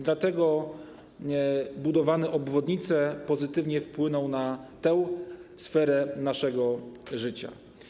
Dlatego budowane obwodnice pozytywnie wpłyną na tę sferę naszego życia.